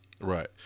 Right